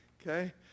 okay